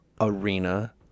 arena